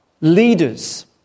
leaders